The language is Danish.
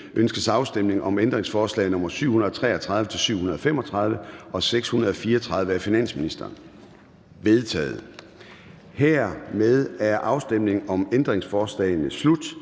Ønskes afstemning om ændringsforslag nr. 733-735 og 634 af finansministeren? De er vedtaget. Hermed er afstemningen om ændringsforslagene slut.